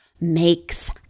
makes